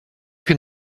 can